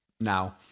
Now